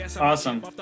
Awesome